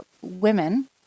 women